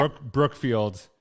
Brookfield